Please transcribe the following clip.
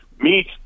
meet